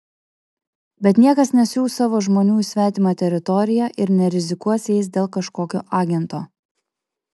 bet niekas nesiųs savo žmonių į svetimą teritoriją ir nerizikuos jais dėl kažkokio agento